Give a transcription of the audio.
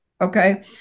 Okay